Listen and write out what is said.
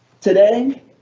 Today